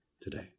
today